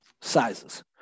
sizes